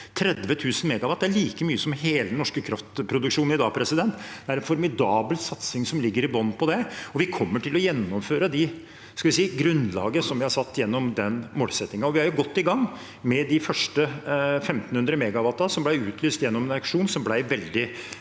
30 000 MW – det er like mye som hele den norske kraftproduksjonen i dag. Det er en formidabel satsing som ligger i bunnen her. Vi kommer til å gjennomføre det grunnlaget vi har satt gjennom den målsettingen. Vi er godt i gang med de første 1 500 MW som ble utlyst gjennom en auksjon, som ble veldig